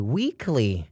weekly